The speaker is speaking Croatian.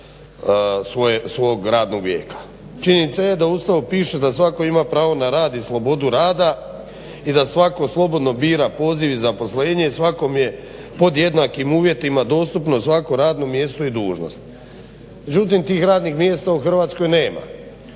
Ustavu piše da svatko ima pravo na rad i slobodu rada i da svatko slobodno bira poziv i zaposlenje, svakom je pod jednakim uvjetima dostupno svako radno mjesto i dužnost. Međutim tih radnim mjesta u Hrvatskoj nema,